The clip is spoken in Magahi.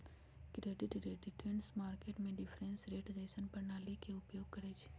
क्रेडिट डेरिवेटिव्स मार्केट में डिफरेंस रेट जइसन्न प्रणालीइये के उपयोग करइछिए